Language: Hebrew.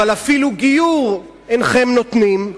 אבל אפילו גיור אינכם נותנים.